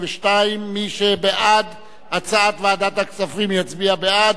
42). מי שבעד הצעת ועדת הכספים יצביע בעד,